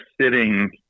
sitting